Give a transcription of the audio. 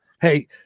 Hey